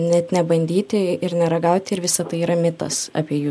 net nebandyti ir neragauti ir visa tai yra mitas apie jų